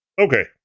Okay